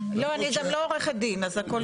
לא, אני גם לא עורכת דין, אז הכול טוב.